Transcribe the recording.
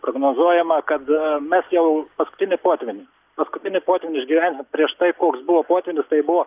prognozuojama kad mes jau paskutinį potvynį paskutinį potvynį išgyvenę prieš tai koks buvo potvynis tai buvo